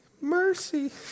mercy